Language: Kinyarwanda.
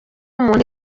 umuntu